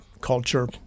culture